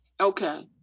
Okay